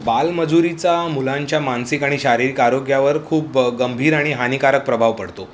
बालमजुरीचा मुलांच्या मानसिक आणि शारीरिक आरोग्यावर खूप गंभीर आणि हानिकारक प्रभाव पडतो